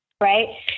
right